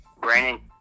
Brandon